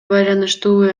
байланыштуу